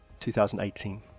2018